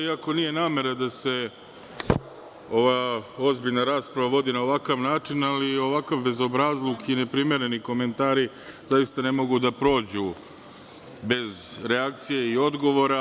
Iako nije namera da se ova ozbiljna rasprava vodi na ovakav način, ali ovakav bezobrazluk i neprimereni komentari zaista ne mogu da prođu bez reakcije i odgovora.